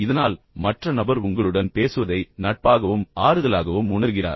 இதனால் மற்ற நபர் உங்களுடன் பேசுவதை நட்பாகவும் ஆறுதலாகவும் உணர்கிறார்